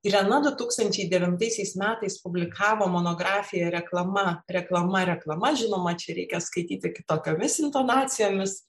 irena du tūkstančiai devintaisiais metais publikavo monografiją reklama reklama reklama žinoma čia reikia skaityti kitokiomis intonacijomis